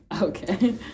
Okay